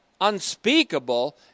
unspeakable